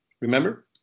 Remember